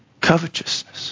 covetousness